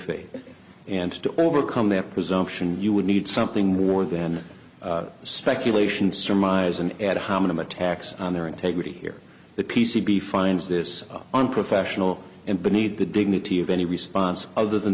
faith and to overcome their presumption you would need something more than speculation surmise an ad hominem attacks on their integrity here the p c b finds this unprofessional and beneath the dignity of any response other than